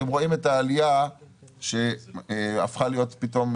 אתם רואים את העלייה שחזרה פתאום.